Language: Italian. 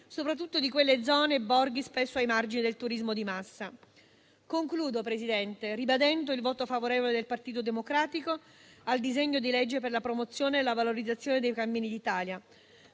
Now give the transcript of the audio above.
soprattutto di quelle zone e borghi spesso ai margini del turismo di massa. Concludo, signor Presidente, ribadendo il voto favorevole del Partito Democratico al disegno di legge per la promozione e la valorizzazione dei cammini d'Italia.